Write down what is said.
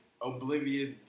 oblivious